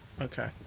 Okay